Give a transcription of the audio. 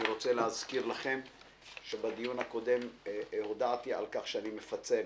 אני מזכיר שבדיון הקודם הודעתי על כך שאני מפצל,